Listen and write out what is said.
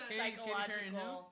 psychological